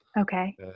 Okay